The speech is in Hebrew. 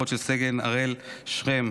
אחות של סגן הראל שרם,